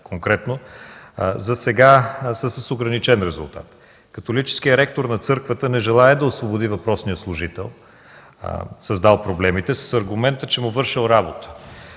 конкретно, засега са с ограничен резултат. Католическият ректор на църквата не желае да освободи въпросния служител, създал проблемите, с аргумента, че му вършел работа.